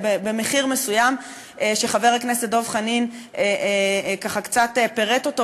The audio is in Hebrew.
במחיר מסוים שחבר הכנסת דב חנין ככה קצת פירט אותו,